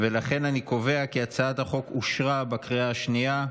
לכן, אני קובע כי הצעת החוק אושרה בקריאה שנייה.